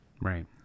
Right